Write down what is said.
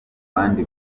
bandi